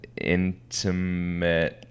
intimate